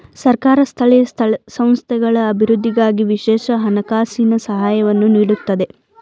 ಸರ್ಕಾರ ಸ್ಥಳೀಯ ಸಂಸ್ಥೆಗಳ ಅಭಿವೃದ್ಧಿಗಾಗಿ ವಿಶೇಷ ಹಣಕಾಸಿನ ಸಹಾಯವನ್ನು ನೀಡುತ್ತದೆ